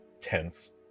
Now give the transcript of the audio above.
tense